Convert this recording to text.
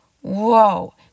whoa